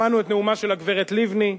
שמענו את נאומה של הגברת לבני,